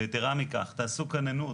ויתרה מכך, תעשו כוננות.